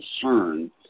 concern